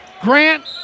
Grant